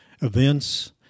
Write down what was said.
events